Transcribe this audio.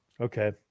Okay